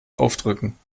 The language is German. aufdrücken